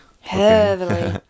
heavily